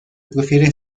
prefiere